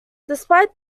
despite